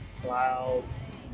clouds